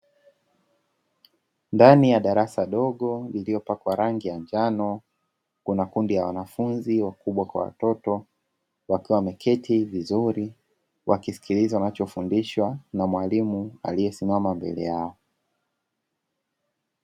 Ndani ya darasa dogo lililopakwa rangi ya njano kuna makundi ya wanafunzi wakubwa kwa watoto wakiwa wameketi vizuri wakisikiliza wanachofundishwa na mwalimu aliyesimama mbele yao.